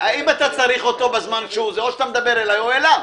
אתה צריך אותו בזמן שהוא זה או שאתה מדבר אליי או אליו.